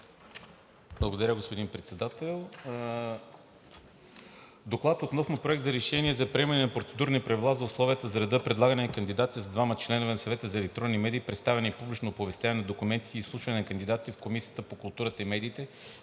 Благодаря, господин Председател. „ДОКЛАД относно Проект на решение за приемане на процедурни правила за условията и реда за предлагане на кандидати за двама членове на Съвета за електронни медии, представяне и публично оповестяване на документите и изслушване на кандидатите в Комисията по културата и медиите,